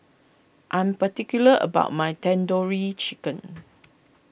I am particular about my Tandoori Chicken